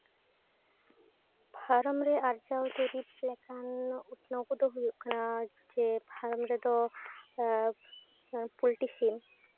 farm ᱨᱮ ᱟᱨᱡᱟᱣ ᱫᱩᱨᱤᱵ ᱞᱮᱠᱟᱱ ᱩᱛᱱᱟᱹᱣ ᱠᱚᱫᱚ ᱦᱩᱭᱩᱜ ᱠᱟᱱᱟ ᱡᱮ ᱯᱷᱟᱨᱢ ᱨᱮᱫᱚ ᱯᱳᱞᱴᱤ ᱥᱤᱢ